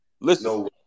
Listen